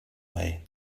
way